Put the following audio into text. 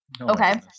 okay